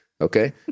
okay